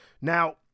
now